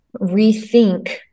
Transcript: rethink